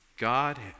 God